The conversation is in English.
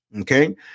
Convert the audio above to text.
Okay